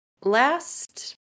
Last